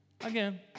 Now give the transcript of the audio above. again